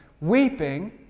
weeping